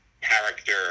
character